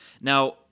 Now